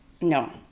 No